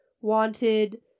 wanted